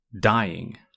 Dying